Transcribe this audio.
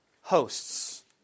hosts